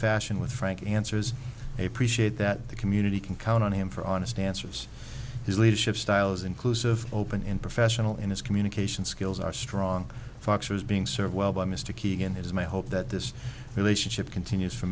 fashion with frank answers a pre shared that the community can count on him for honest answers his leadership style is inclusive open and professional in his communication skills are strong fox was being served well by mr keegan it is my hope that this relationship continues for